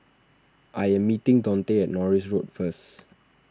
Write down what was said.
I am meeting Daunte at Norris Road first